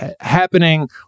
happening